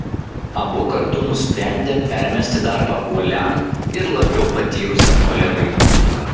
abu kartu nusprendė permesti darbą uoliam ir labiau patyrusiam kolegai